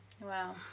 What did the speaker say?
Wow